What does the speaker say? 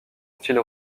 style